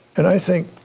and i think,